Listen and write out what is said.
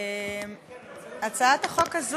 שומעים אותי?